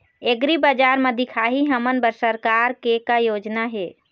एग्रीबजार म दिखाही हमन बर सरकार के का योजना हे?